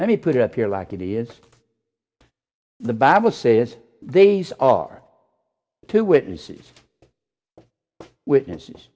let me put it up here like it is the bible says they are two witnesses witnesses